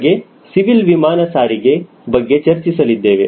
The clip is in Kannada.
ಹಾಗೆ ಸಿವಿಲ್ ವಿಮಾನ ಸಾರಿಗೆ ಬಗ್ಗೆ ಚರ್ಚಿಸಲಿದ್ದೇವೆ